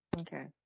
Okay